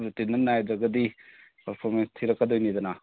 routine ꯑꯃ ꯅꯥꯏꯗ꯭ꯔꯒꯗꯤ performance ꯊꯤꯔꯛꯀꯗꯣꯏꯅꯤꯗꯅ